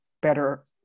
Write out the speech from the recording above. better